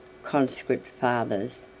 conscript fathers!